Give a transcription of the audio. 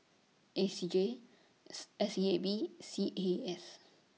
A C J S S E A B C A S